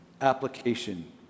application